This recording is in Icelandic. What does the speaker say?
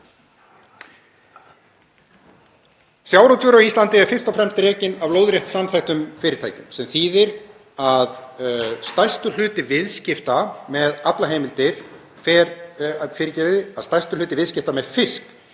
Sjávarútvegur á Íslandi er fyrst og fremst rekinn af lóðrétt samþættum fyrirtækjum sem þýðir að stærstur hluti viðskipta með fisk